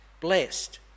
Blessed